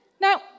Now